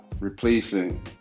replacing